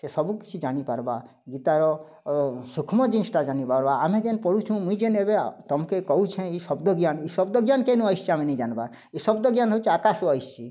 ଏ ସବୁ କିଛି ଜାନିପାର୍ବା ଗୀତାର ସୂକ୍ଷ୍ମ ଜିନିଷ୍ଟା ଜାଣିବା ବା ଆମେ ଜେନ୍ ପଢ଼ୁଛୁ ମୁଇଁ ଜେନ୍ ଏବେ ଆ ତମ୍କେ କହୁଛେ ଏଇ ଶବ୍ଦ ଜ୍ଞାନ୍ ଏଇ ଶବ୍ଦ ଜ୍ଞାନ୍ କେନୁ ଆଇସି ଆମେ ନେଇ ଜାନିବା ଇଏ ଶବ୍ଦ ଜ୍ଞାନ ହେଉଛି ଆକାଶ୍ରୁ ଆସୁଛି